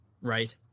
right